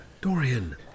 Dorian